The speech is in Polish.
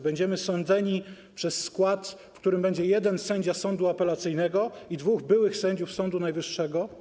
Będziemy sądzeni przez skład, w którym będzie jeden sędzia sądu apelacyjnego i dwóch byłych sędziów Sądu Najwyższego?